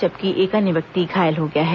जबकि एक अन्य व्यक्ति घायल हो गया है